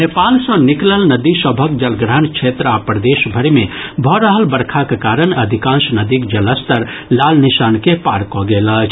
नेपाल सॅ निकलल नदी सभक जलग्रहण क्षेत्र आ प्रदेश भरि मे भऽ रहल बरखाक कारण अधिकांश नदीक जलस्तर लाल निशान के पार कऽ गेल अछि